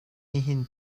nihin